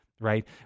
Right